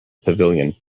pavilion